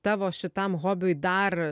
tavo šitam hobiui dar